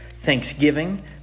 thanksgiving